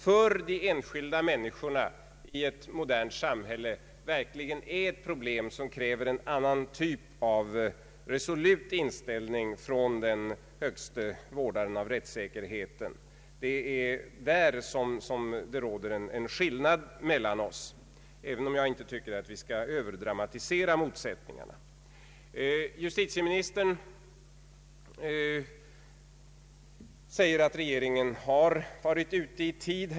För de enskilda människorna i ett modernt samhälle är detta verkligen ett problem som kräver en annan typ av resolut inställning från den högste vårdaren av rättssäkerheten. Det är där det finns en skillnad mellan oss, även om jag inte tycker att vi skall överdramatisera motsättningarna. Justitieministern sade att regeringen har reagerat i tid.